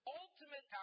ultimate